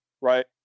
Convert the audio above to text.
Right